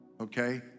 okay